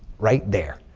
right there.